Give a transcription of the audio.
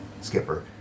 Skipper